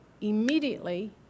immediately